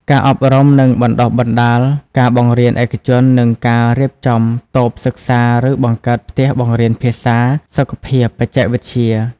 ការអប់រំ និងបណ្តុះបណ្តាលការបង្រៀនឯកជននិងការរៀបចំតូបសិក្សាឬបង្កើតផ្ទះបង្រៀនភាសា សុខភាព បច្ចេកវិទ្យា។